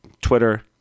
Twitter